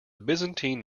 byzantine